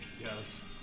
Yes